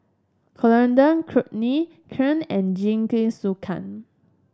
Coriander Chutney Kheer and Jingisukan